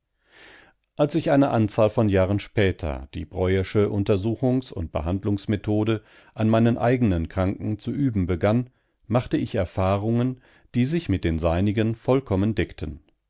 als ich eine anzahl von jahren später die breuersche untersuchungs und behandlungsmethode an meinen eigenen kranken zu üben begann machte ich erfahrungen die sich mit den seinigen vollkommen deckten